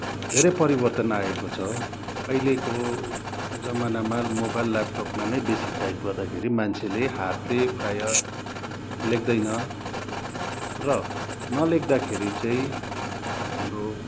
धेरै परिवर्तन आएको छ अहिलेको जमानामा मोबाइल ल्यापटपमा नै बेसी टाइप गर्दाखेरि मान्छेले हातले प्रायः लेख्दैन र नलेख्दाखेरि चाहिँ हाम्रो